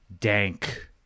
dank